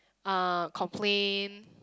uh complain